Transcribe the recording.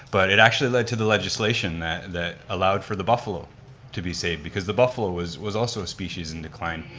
but it actually led to the legislation that that allowed for the buffalo to be saved because the buffalo was was also a species in decline.